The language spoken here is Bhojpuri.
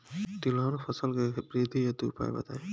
तिलहन फसल के वृद्धि हेतु कुछ उपाय बताई?